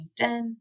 LinkedIn